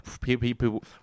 people